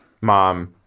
Mom